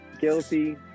guilty